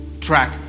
track